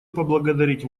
поблагодарить